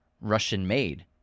Russian-made